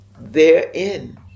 therein